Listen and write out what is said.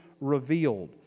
revealed